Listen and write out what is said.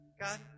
God